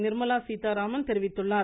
நிர்மலா சீத்தாராமன் தெரிவித்துள்ளார்